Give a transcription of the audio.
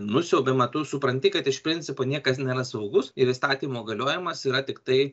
nusiaubiama tu supranti kad iš principo niekas nėra saugus ir įstatymo galiojimas yra tiktai